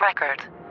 record